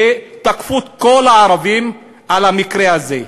ותקפו את כל הערבים על המקרה הזה.